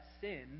sin